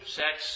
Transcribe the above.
sex